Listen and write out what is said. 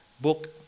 book